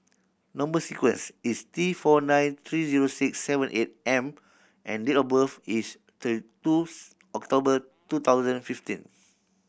number sequence is T four nine three zero six seven eight M and date of birth is twos October two thousand fifteen